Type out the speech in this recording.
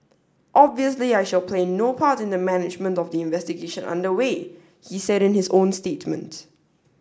obviously I shall play no part in the management of the investigation under way he said in his own statement